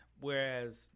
whereas